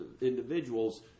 individuals